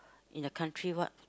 in a country what